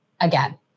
Again